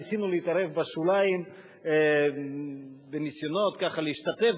ניסינו להתערב בשוליים בניסיונות ככה להשתתף